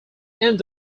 end